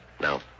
No